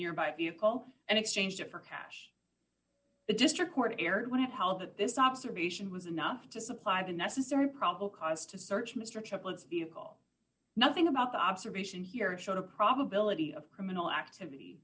nearby vehicle and exchanged it for cash the district court erred when it held that this observation was enough to supply the necessary probable cause to search mr chaplets vehicle nothing about the observation here it showed a probability of criminal activity